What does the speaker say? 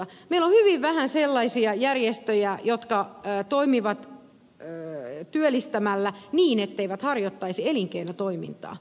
meillä on hyvin vähän sellaisia järjestöjä jotka toimivat työllistämällä niin etteivät harjoittaisi elinkeinotoimintaa